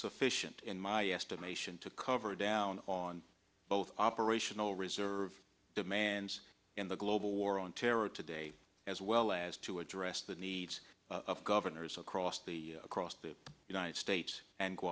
sufficient in my estimation to cover down on both operational reserve demands in the global war on terror today as well as to address the needs of governors across the across the united states and go